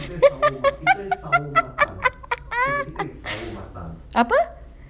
apa